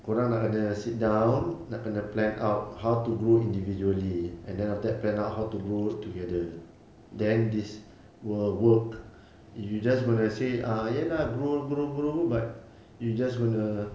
kau orang nak kena sit down nak kena plan out how to grow individually and then after that plan out how to grow together then this will work if you just gonna say ah ya lah grow grow grow but you just gonna